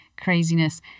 craziness